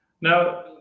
Now